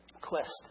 quest